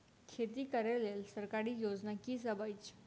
खेती करै लेल सरकारी योजना की सब अछि?